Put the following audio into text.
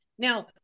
Now